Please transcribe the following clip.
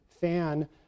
fan